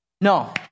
No